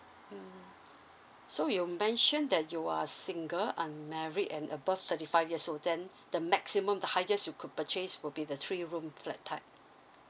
mm so you mentioned that you are single unmarried and above thirty five years old then the maximum the highest you could purchase will be the three room flat type